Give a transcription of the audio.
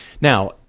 Now